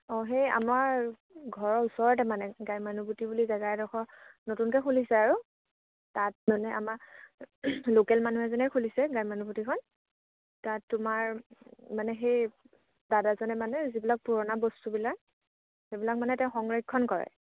অঁ সেই আমাৰ ঘৰৰ ওচৰতে মানে বুলি জেগা এডোখৰ নতুনকে খুলিছে আৰু তাত মানে আমাৰ লোকেল মানুহ এজনে খুলিছে তাত তোমাৰ মানে সেই দাদাজনে মানে যিবিলাক পুৰণা বস্তুবিলাক সেইবিলাক মানে তেওঁ সংৰক্ষণ কৰে